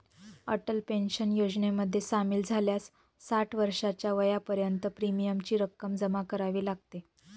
Atal pension योजनेमध्ये सामील झाल्यास साठ वर्षाच्या वयापर्यंत प्रीमियमची रक्कम जमा करावी लागते